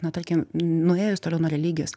na tarkim nuėjus toliau nuo religijos